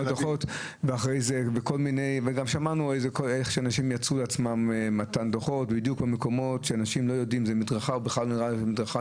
גם שמענו איך אנשים יצרו דוחות כשאנשים לא יודעים אם זה מדרכה או מגרש,